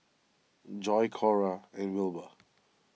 Joi Cora and Wilbur